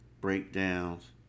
breakdowns